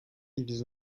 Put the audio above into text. ils